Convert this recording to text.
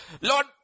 Lord